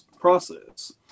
process